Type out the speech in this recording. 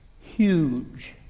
huge